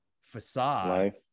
facade